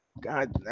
God